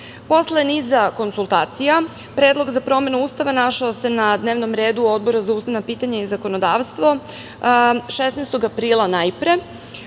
niza konsultacija Predlog za promenu Ustava našao se na dnevnom redu Odbora za ustavna pitanja i zakonodavstvo 16. aprila najpre,